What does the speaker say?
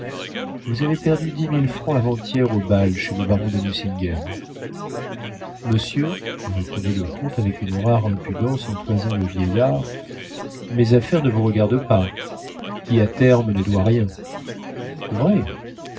vous avez perdu dix mille francs avant-hier au bal chez le baron de nucingen monsieur répondit le comte avec une rare impudence en toisant le vieillard mes affaires ne vous regardent pas qui a terme ne doit rien vrai